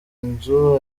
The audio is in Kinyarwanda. nzu